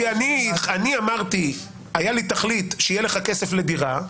לי הייתה תכלית שיהיה לך כסף לדירה,